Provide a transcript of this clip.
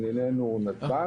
לענייננו נתב"ג,